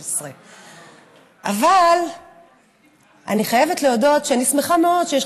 2015. אבל אני חייבת להודות שאני שמחה מאוד שיש